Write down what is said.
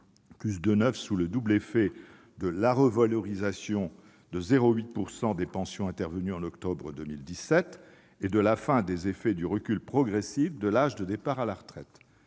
2,9 %, sous le double effet de la revalorisation de 0,8 % des pensions intervenue en octobre 2017 et de la fin des effets du recul progressif de l'âge de départ à la retraite.